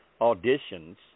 auditions